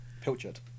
Pilchard